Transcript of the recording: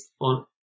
on